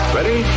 Ready